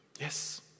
Yes